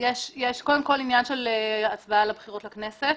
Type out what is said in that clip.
יש עניין של הצבעה לבחירות לכנסת.